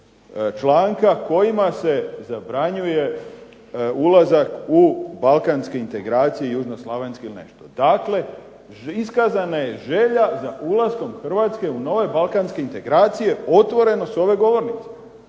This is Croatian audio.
članka kojima se zabranjuje ulazak u balkanske integracije, južnoslavenske ili nešto. Dakle, iskazana je želja za ulaskom Hrvatske u nove balkanske integracije otvoreno s ove govornice.